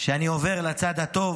שאני עובר לצד הטוב,